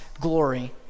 glory